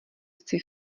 sci